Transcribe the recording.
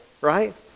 right